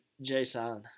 Jason